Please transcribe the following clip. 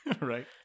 Right